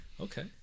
Okay